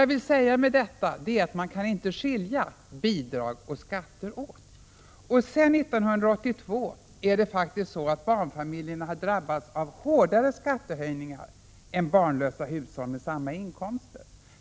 Jag vill med detta säga att man inte kan skilja bidrag och skatter åt. Sedan 1982 har barnfamiljerna drabbats av hårdare skattehöjningar än barnlösa hushåll med samma inkomster.